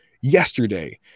yesterday